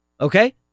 Okay